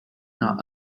not